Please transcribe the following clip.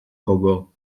kogo